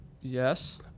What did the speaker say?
yes